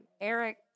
Eric